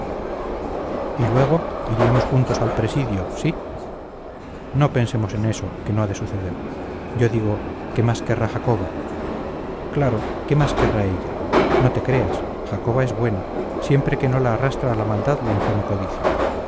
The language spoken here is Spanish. y luego iríamos juntos al presidio sí no pensemos en eso que no ha de suceder yo digo qué más querrá jacoba claro qué más querrá ella no te creas jacoba es buena siempre que no la arrastra a la maldad la infame codicia